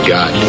God